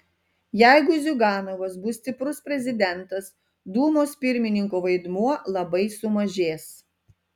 jeigu ziuganovas bus stiprus prezidentas dūmos pirmininko vaidmuo labai sumažės